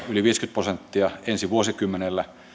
yli viisikymmentä prosenttia ensi vuosikymmenellä